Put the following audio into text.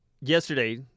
yesterday